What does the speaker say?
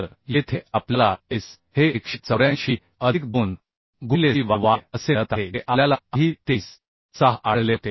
तर येथे आपल्याला S हे 184 अधिक 2 गुणिले C y y असे मिळत आहे जे आपल्याला आधी 23 आढळले होते